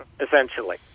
essentially